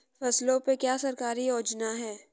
फसलों पे क्या सरकारी योजना है?